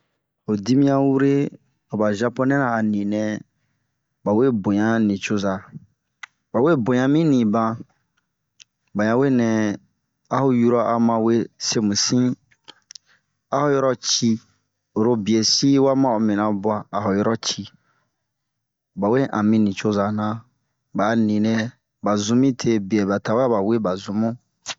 Ho dimi ɲanwure ,aba zaponɛ ra ani nɛɛ ba we boɲa nicoza, baɲa we boɲa mi nibanh ,ba ɲa we nɛ aho yura ma we semu sin. Aho yurɔ cii oro bie sin wa ma'o mira bua, a ho yura cii. ba we amii ni coza na baa ninɛɛ, ba zun mite bie ba tawɛ a we ba zunbun.